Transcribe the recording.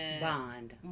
Bond